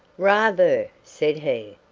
rather! said he.